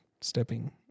stepping